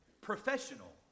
professional